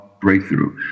breakthrough